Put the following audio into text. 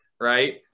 right